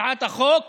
הצעת החוק